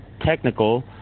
technical